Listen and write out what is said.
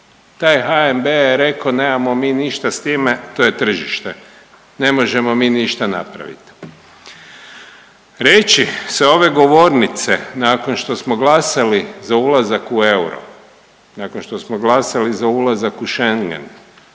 Taj HNB je rekao nemamo mi ništa s time, to je tržište, ne možemo mi ništa napaviti. Reći sa ove govornice nakon što smo glasali za ulazak u euro, nakon što smo glasali za ulazak u Schengen